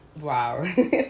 wow